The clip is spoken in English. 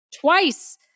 twice